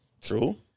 True